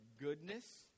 goodness